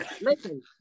Listen